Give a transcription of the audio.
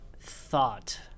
thought